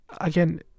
again